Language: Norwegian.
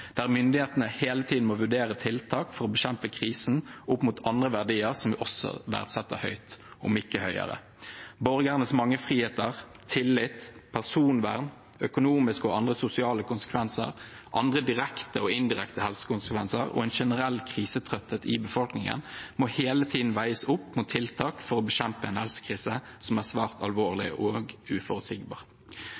der myndighetene hele tiden må vurdere tiltak for å bekjempe krisen opp mot andre verdier som vi også verdsetter høyt – om ikke høyere. Borgernes mange friheter, tillit, personvern, økonomiske og andre sosiale konsekvenser, andre direkte og indirekte helsekonsekvenser og en generell krisetrøtthet i befolkningen må hele tiden veies opp mot tiltak for å bekjempe en helsekrise som er svært alvorlig